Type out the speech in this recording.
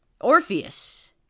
Orpheus